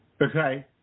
okay